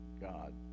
God